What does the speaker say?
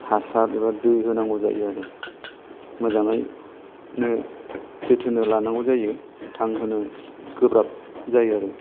हासार एबा दै होनांगौ जायो आरो मोजांङैनो जोथोन लानांगौ जायो थांहोनो गोब्राब जायो आरो